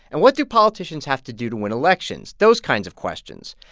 and what do politicians have to do to win elections those kinds of questions.